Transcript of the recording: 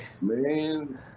Man